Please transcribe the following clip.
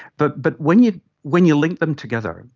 but but when you when you link them together,